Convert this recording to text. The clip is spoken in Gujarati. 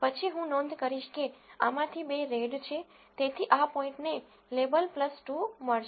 પછી હું નોંધ કરીશ કે આમાંથી બે રેડ છે તેથી આ પોઈન્ટને લેબલ 2 મળશે